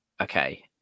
Okay